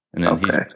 Okay